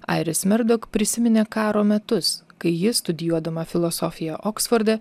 airis merdok prisiminė karo metus kai ji studijuodama filosofiją oksforde